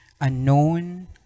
unknown